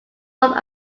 off